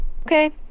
okay